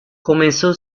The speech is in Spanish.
comenzó